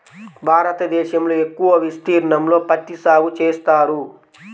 భారతదేశంలో ఎక్కువ విస్తీర్ణంలో పత్తి సాగు చేస్తారు